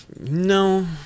No